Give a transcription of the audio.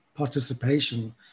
participation